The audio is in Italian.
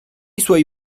suoi